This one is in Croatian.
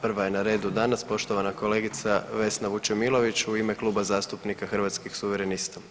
Prva je na redu danas poštovana kolegica Vesna Vučemilović u ime Kluba zastupnika Hrvatskih suverenista.